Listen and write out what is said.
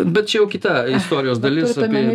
bet čia jau kita istorijos dalis apie